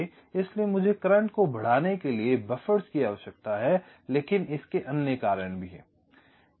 इसलिए मुझे करंट को बढ़ाने के लिए बफ़र्स की आवश्यकता है लेकिन इसके अन्य कारण भी हैं